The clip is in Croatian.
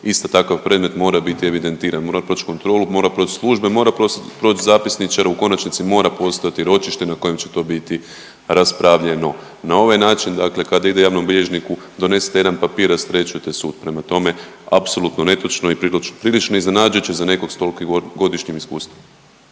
isto takav predmet mora biti evidentiran, mora proći kontrolu, mora proći službe, mora proći zapisničare, u konačnici, mora postojati ročište na kojem će to biti raspravljeno. Na ovaj način, dakle kada ide javnom bilježniku, donesete jedan papir, rasterećujete sud, prema tome, apsolutno netočno i prilično iznenađujuće za nekog s tolikim godišnjim iskustvom.